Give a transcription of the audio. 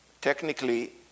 technically